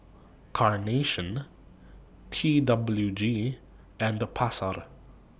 Carnation T W G and The Pasar